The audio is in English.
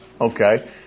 Okay